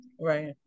Right